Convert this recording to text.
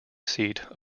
seat